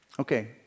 Okay